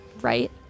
right